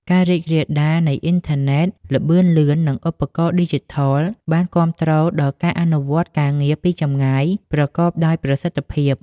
ការរីករាលដាលនៃអ៊ីនធឺណិតល្បឿនលឿន និងឧបករណ៍ឌីជីថល បាន គាំទ្រដល់ការអនុវត្តការងារពីចម្ងាយ ប្រកបដោយប្រសិទ្ធភាព។